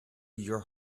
your